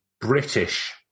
British